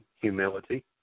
humility